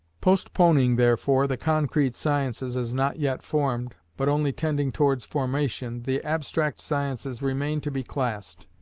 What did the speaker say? postponing, therefore, the concrete sciences, as not yet formed, but only tending towards formation, the abstract sciences remain to be classed.